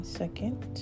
second